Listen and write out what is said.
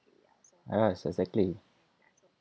err exactly